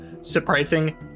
Surprising